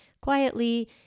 quietly